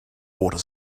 water